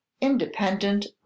independent